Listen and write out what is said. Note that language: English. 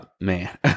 man